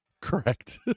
correct